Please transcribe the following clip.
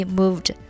moved